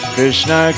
Krishna